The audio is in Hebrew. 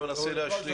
ומנסה להשלים?